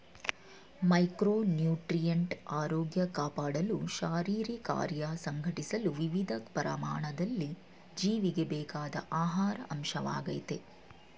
micronutrient ಆರೋಗ್ಯ ಕಾಪಾಡಲು ಶಾರೀರಿಕಕಾರ್ಯ ಸಂಘಟಿಸಲು ವಿವಿಧ ಪ್ರಮಾಣದಲ್ಲಿ ಜೀವಿಗೆ ಬೇಕಾದ ಆಹಾರ ಅಂಶವಾಗಯ್ತೆ